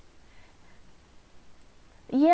ya